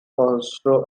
also